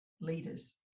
leaders